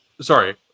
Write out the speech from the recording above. sorry